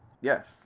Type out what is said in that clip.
yes